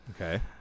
Okay